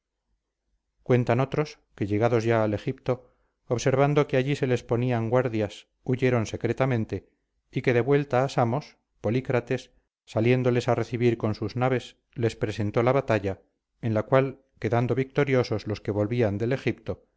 cuentan otros que llegados ya al egipto observando que allí se les ponían guardias huyeron secretamente y que de vuelta a samos polícrates saliéndoles a recibir con sus naves les presentó la batalla en la cual quedando victoriosos los que volvían del egipto